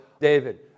David